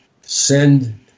send